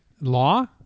law